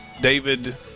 david